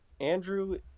Andrew